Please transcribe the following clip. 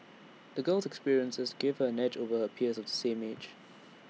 the girl's experiences gave her A edge over her peers of the same age